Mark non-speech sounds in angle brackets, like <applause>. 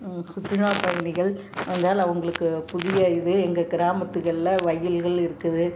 சுற்றுலா பயணிகள் <unintelligible> அவங்களுக்கு புதிய இது எங்கள் கிராமத்துகளில் வயல்கள் இருக்குது